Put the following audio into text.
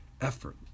effort